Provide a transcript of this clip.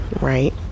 right